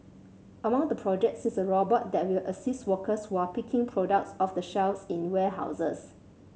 among the projects is a robot that will assist workers were are picking products off the shelves in warehouses